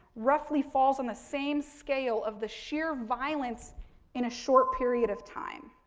roughly falls in the same scale of the shear violence in a short period of time.